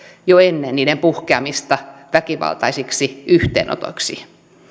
jo ennen niiden puhkeamista väkivaltaisiksi yhteenotoiksi